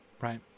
right